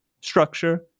structure